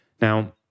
Now